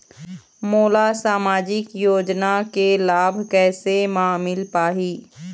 मोला सामाजिक योजना के लाभ कैसे म मिल पाही?